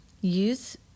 use